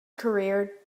career